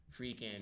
freaking